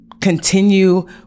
continue